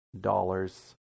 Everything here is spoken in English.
dollars